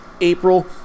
April